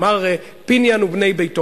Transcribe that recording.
מר פיניאן ובני ביתו,